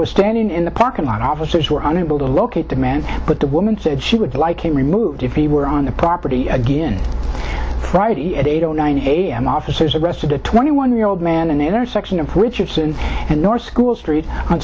was standing in the parking lot officers were unable to locate demands but the woman said she would like him removed if he were on the property again friday at eight o nine a m officers arrested a twenty one year old man an intersection of richardson and north school street on